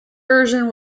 version